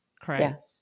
Correct